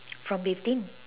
from within